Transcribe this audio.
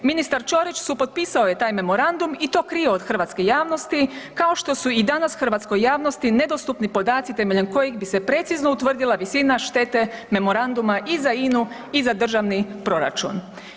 Ministar Ćorić supotpisao je taj memorandum i to krio od hrvatske javnosti kao što su i danas hrvatskoj javnosti nedostupni podaci temeljem kojeg bi se precizno utvrdila visina štete memoranduma i za INA-u i za državni proračun.